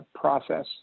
process